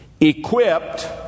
equipped